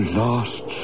lost